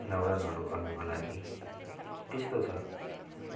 न्वारनहरू गर्नुको लागि त्यस्तो छ